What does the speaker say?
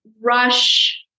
rush